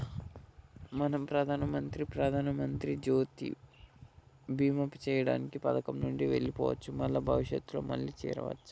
మనం ప్రధానమంత్రి ప్రధానమంత్రి జ్యోతి బీమా చేయబడిన పథకం నుండి వెళ్లిపోవచ్చు మల్ల భవిష్యత్తులో మళ్లీ చేరవచ్చు